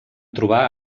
trobar